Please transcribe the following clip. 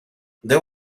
there